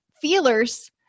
Feelers